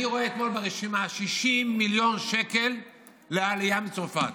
אני רואה אתמול ברשימה 60 מיליון שקל לעלייה מצרפת.